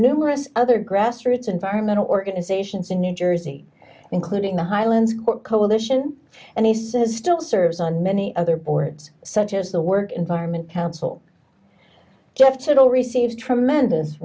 numerous other grassroots environmental organizations in new jersey including the highlands court coalition and he says still serves on many other boards such as the work environment council gifted all received tremendous